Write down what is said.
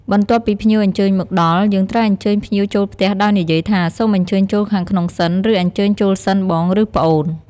បន្ទាប់ពីភ្ញៀវអញ្ជើញមកដល់ យើងត្រូវអញ្ជើញភ្ញៀវចូលផ្ទះដោយនិយាយថា សូមអញ្ជើញចូលខាងក្នុងសិន ឬអញ្ជើញចូលសិនបង ឬប្អូន។